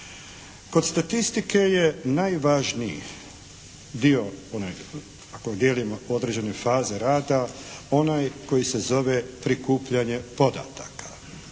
Kod statistike je najvažniji dio onaj ako dijelimo određene faze rada, onaj koji se zove prikupljanje podataka.